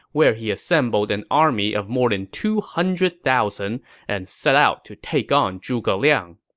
where he assembled an army of more than two hundred thousand and set out to take on zhuge liang